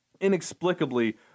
inexplicably